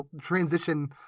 transition-